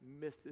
misses